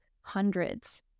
hundreds